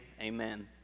Amen